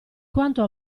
quanto